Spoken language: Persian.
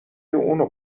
اونو